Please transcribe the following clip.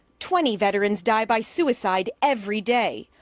twenty veterans die by suicide every day,